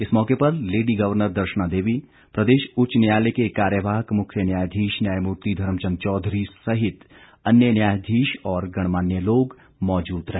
इस मौके पर लेडी गर्वनर दर्शना देवी प्रदेश उच्च न्यायालय के कार्यवाहक मुख्य न्यायाधीश न्यायमूर्ति धर्मचंद चौधरी सहित अन्य न्यायाधीश और गणमान्य लोग मौजूद रहे